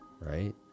Right